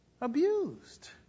Abused